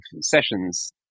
sessions